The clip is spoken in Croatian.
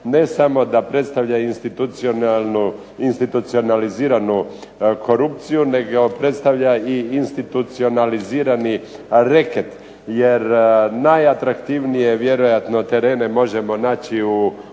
ne samo da predstavlja institucionaliziranu korupciju nego predstavlja institucionalizirani reket, jer vjerojatno najatraktivnije terene možemo naći u onim